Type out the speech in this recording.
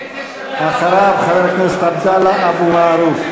ואחריו חבר הכנסת עבדאללה אבו מערוף.